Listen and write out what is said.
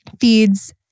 feeds